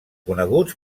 coneguts